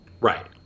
Right